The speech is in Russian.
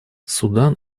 судан